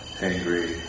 angry